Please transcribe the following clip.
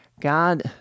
God